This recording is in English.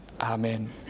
Amen